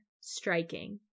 striking